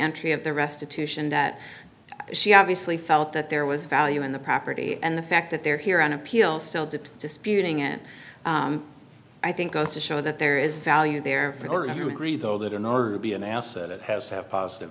entry of the restitution that she obviously felt that there was value in the property and the fact that they're here on appeal so the disputing it i think goes to show that there is value there for her if you agree though that in order to be an asset it has to have positive